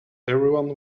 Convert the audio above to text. everyone